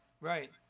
Right